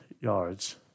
yards